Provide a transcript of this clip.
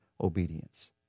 obedience